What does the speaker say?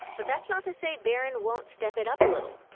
but that's not to say barron won't step it up a little.